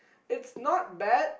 it's not bad